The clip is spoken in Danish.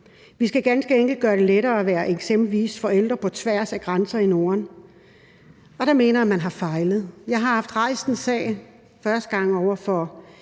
Vi skal ganske enkelt gøre det lettere at være eksempelvis forældre på tværs af grænser i Norden, og der mener jeg at man har fejlet. Jeg har haft rejst en sag – første gang over for